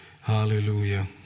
Hallelujah